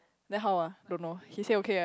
then how ah don't know he say okay eh